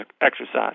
exercise